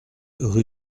rue